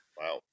Wow